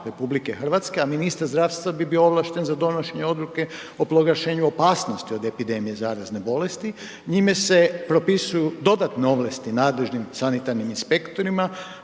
donosi Vlada RH, a ministar zdravstva bi bio ovlašten za donošenje odluke o proglašenju opasnosti od epidemije zarazne bolesti, njime se propisuju dodatne ovlasti nadležnim sanitarnim inspektorima